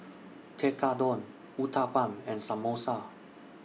Tekkadon Uthapam and Samosa